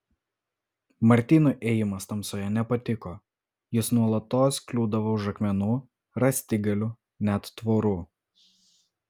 martynui ėjimas tamsoje nepatiko jis nuolatos kliūdavo už akmenų rąstigalių net tvorų